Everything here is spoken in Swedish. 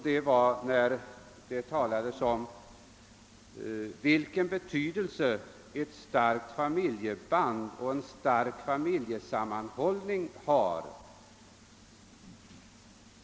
Det talades om vilken betydelse ett starkt familjeband och en gedigen familjesammanhållning har.